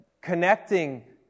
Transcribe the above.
connecting